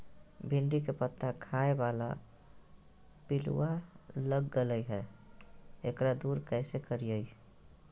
भिंडी के पत्ता खाए बाला पिलुवा लग गेलै हैं, एकरा दूर कैसे करियय?